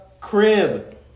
crib